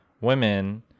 women